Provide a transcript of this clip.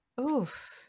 Oof